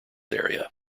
area